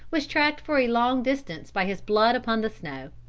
was tracked for a long distance by his blood upon the snow.